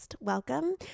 welcome